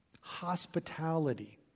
hospitality